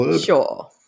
Sure